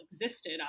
existed